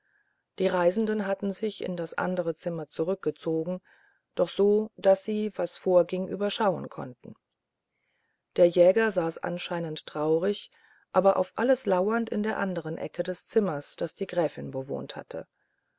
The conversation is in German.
die reisenden hatten sich in das andere zimmer zurückgezogen doch so daß sie was vorging überschauen konnten der jäger saß anscheinend traurig aber auf alles lauernd in der andern ecke des zimmers das die gräfin bewohnt hatte